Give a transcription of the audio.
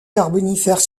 carbonifère